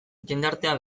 jendartea